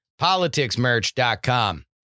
politicsmerch.com